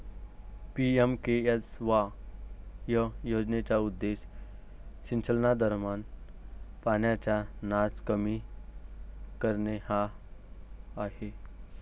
PMKSY योजनेचा उद्देश सिंचनादरम्यान पाण्याचा नास कमी करणे हा आहे